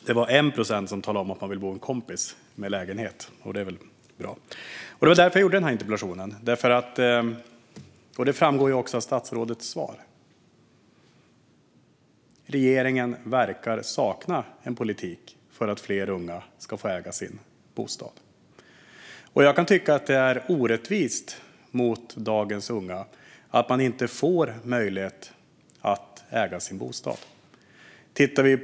Det var 1 procent som sa att de ville bo med en kompis i en lägenhet, och det är väl bra. Det är detta som är bakgrunden till interpellationen. Det framgår av statsrådets svar att regeringen verkar sakna en politik för att fler unga ska få äga sin bostad. Jag kan tycka att det är orättvist mot dagens unga att de inte får möjlighet att äga sin bostad.